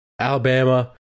Alabama